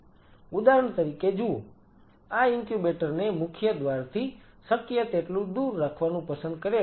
ઉદાહરણ તરીકે જુઓ આ ઇન્ક્યુબેટર ને મુખ્ય દ્વારથી શક્ય તેટલું દૂર રાખવાનું પસંદ કરેલુ છે